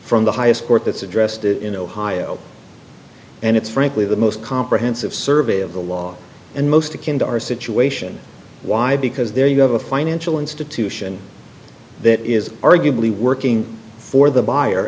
from the highest court that's addressed it in ohio and it's frankly the most comprehensive survey of the law and most akin to our situation why because there you have a financial institution that is arguably working for the buyer